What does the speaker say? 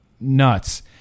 nuts